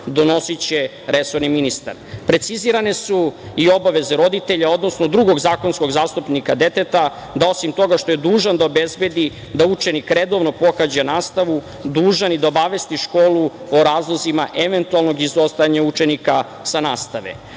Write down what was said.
donosiće resorni ministar. Precizirane su i obaveze roditelja, odnosno drugog zakonskog zastupnika deteta da, osim toga što je dužan da obezbedi da učenik redovno pohađa nastavu, je dužan i da obavesti školu o razlozima eventualnog izostajanja učenika sa nastave.